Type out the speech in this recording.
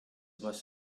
must